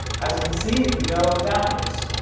as you can see, no damage.